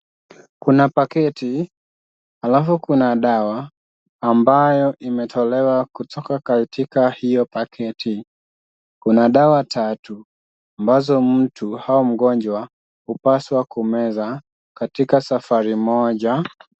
Kuna paketi alafu kuna dawa ambayo imetolewa kutoka katika hiyo paketi. Kuna dawa tatu ambazo mtu au mgonjwa hupaswa kumeza katika safari moja.